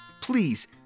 Please